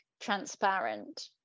transparent